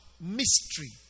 mystery